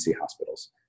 hospitals